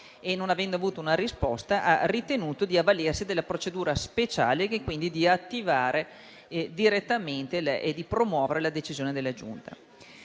non avendo avuto una risposta, ha ritenuto di avvalersi della procedura speciale, quindi di attivare e di promuovere direttamente la decisione della Giunta.